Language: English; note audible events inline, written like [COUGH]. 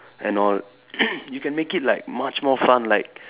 and all [NOISE] you can make it like much more fun like